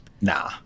Nah